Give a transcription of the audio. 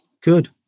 Good